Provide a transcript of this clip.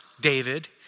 David